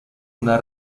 una